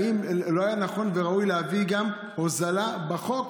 האם לא היה נכון וראוי להביא גם הוזלה בחוק,